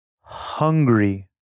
hungry